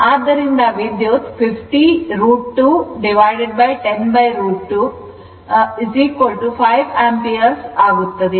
ಆದ್ದರಿಂದ ವಿದ್ಯುತ್ 50 √ 210 √ 2 5 ampere ಆಗುತ್ತದೆ